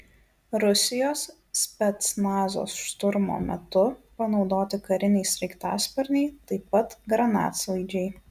rusijos specnazo šturmo metu panaudoti kariniai sraigtasparniai taip pat granatsvaidžiai